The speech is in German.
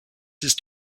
ist